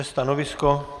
Stanovisko?